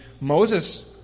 Moses